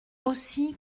aussi